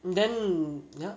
then mm ya